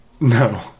No